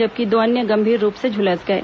जबकि दो अन्य गंभीर रूप से झूलस गए